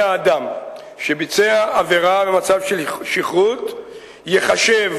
אדם שביצע עבירה במצב של שכרות ייחשב